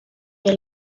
que